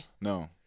No